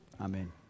Amen